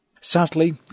Sadly